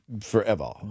forever